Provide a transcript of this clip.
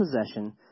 possession